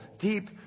deep